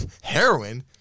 Heroin